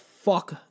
fuck